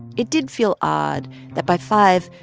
it did feel odd that by five,